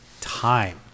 time